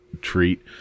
treat